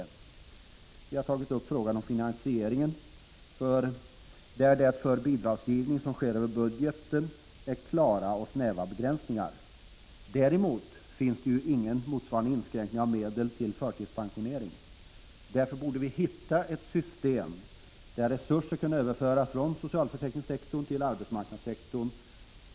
Vi har också tagit upp frågan om finansiering, där det beträffande bidragsgivning som sker över budgeten är klara och snäva begränsningar. Däremot finns det ingen motsvarande inskränkning av medel till förtidspensionering. Därför borde vi försöka hitta ett system genom vilket resurser kunde överföras från socialförsäkringssektorn till arbetsmarknadssektorn.